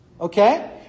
okay